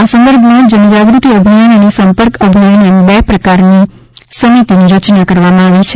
આ સંદર્ભમાં જનજાગ્રતિ અભિયાન અને સંપર્ક અભિયાન એમ બે પ્રકારની સમિતિની રચના કરવામાં આવી છે